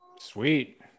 Sweet